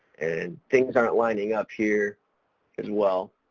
and things aren't lining up here as well.